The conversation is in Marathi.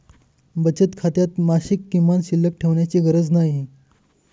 बचत खात्यात मासिक किमान शिल्लक ठेवण्याची गरज नाही